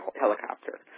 helicopter